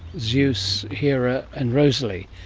zeus, hera and rosalie.